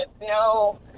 no